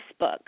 Facebook